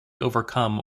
overcome